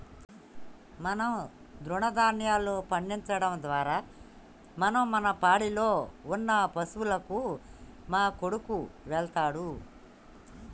మనం తృణదాన్యాలు పండించడం ద్వారా మనం మన పాడిలో ఉన్న పశువులకు మా కొడుకు వెళ్ళాడు